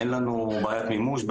אין לנו בעיית מימוש,